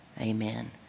Amen